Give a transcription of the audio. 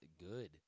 good